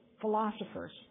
Philosopher's